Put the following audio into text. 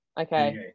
Okay